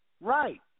Right